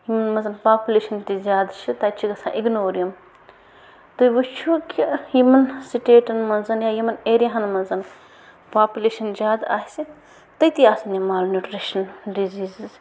یِمَن منٛز پاپلیشَن تہِ زیادٕ چھِ تَتہِ چھِ گژھان اِگنور یِم تُہۍ وٕچھِو کہِ یِمَن سٕٹیٹَن منٛز یا یِمَن ایریاہَن منٛز پاپلیشَن زیادٕ آسہِ تٔتی آسَن یِم مال نیوٗٹرِشَن ڈِزیٖزٕز